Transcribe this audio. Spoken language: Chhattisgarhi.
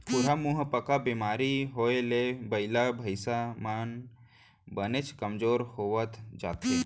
खुरहा मुहंपका बेमारी होए ले बइला भईंसा मन बनेच कमजोर होवत जाथें